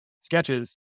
sketches